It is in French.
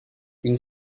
une